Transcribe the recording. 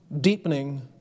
deepening